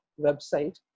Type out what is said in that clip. website